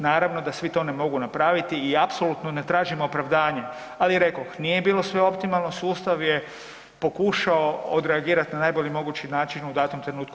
Naravno da svi to ne mogu napraviti i apsolutno ne tražim opravdanje, ali rekoh nije bilo sve optimalno, sustav je pokušao odreagirat na najbolji mogući način u datom trenutku.